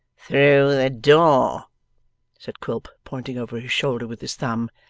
through the door said quilp pointing over his shoulder with his thumb.